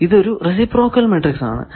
ഇത് ഒരു reciprocal matrix ആണ്